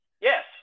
Yes